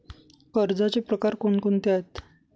कर्जाचे प्रकार कोणकोणते आहेत?